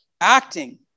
acting